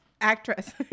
Actress